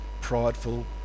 prideful